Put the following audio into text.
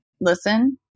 listen